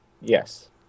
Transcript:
Yes